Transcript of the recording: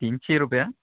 तिनशी रुपया